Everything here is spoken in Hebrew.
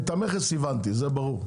לגבי המכס הבנתי, זה ברור.